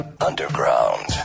Underground